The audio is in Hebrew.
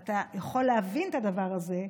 יכול להבין את הדבר הזה,